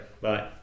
Bye